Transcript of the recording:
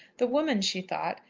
the woman, she thought,